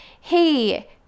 hey